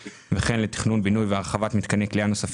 בכל שנה אנחנו מעבירים את העודפים לפי פעימות בהתאם לדיווח הביצוע.